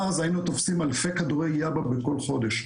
אז היינו תופסים אלפי כדורי 'יאבה' בכל חודש.